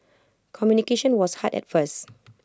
communication was hard at first